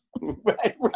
Right